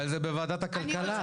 אבל זה בוועדת הכלכלה.